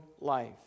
life